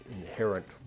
inherent